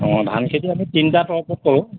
অ ধান খেতি আমি তিনিটা তৰপত কৰোঁ